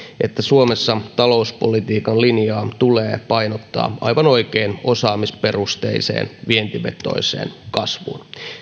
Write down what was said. että suomessa talouspolitiikan linjaa tulee painottaa aivan oikein osaamisperusteiseen vientivetoiseen kasvuun